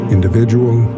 Individual